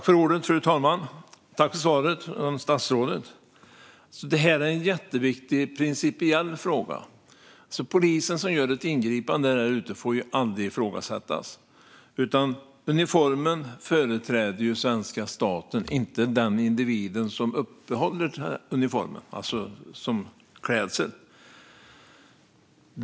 Fru talman! Jag tackar för svaret från statsrådet. Detta är en jätteviktig principiell fråga. Den polis som gör ett ingripande där ute får aldrig ifrågasättas. Uniformen företräder svenska staten, inte den individ som bär uniformen som klädsel.